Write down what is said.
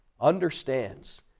understands